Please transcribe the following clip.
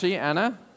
Anna